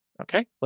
okay